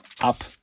up